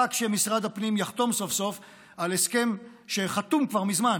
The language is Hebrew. רק שמשרד הפנים יחתום סוף-סוף על הסכם שחתום כבר מזמן.